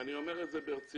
ואני אומר את זה ברצינות